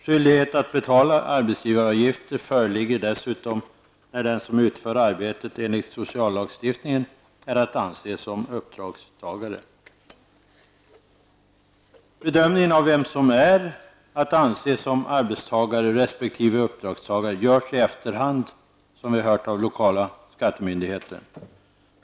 Skyldighet att betala arbetsgivaravgifter föreligger dessutom när den som utför arbetet enligt sociallagstiftningen är att anse som uppdragstagare. Bedömningen av vem som är att anse som arbetstagare resp. uppdragstagare görs i efterhand av lokala skattemyndigheten.